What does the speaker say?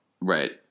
right